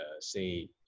say